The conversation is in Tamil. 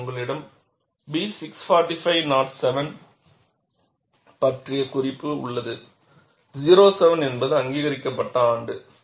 அதில் உங்களிடம் B 645 07 பற்றிய குறிப்பு உள்ளது 07 என்பது அங்கீகரிக்கப்பட்ட ஆண்டு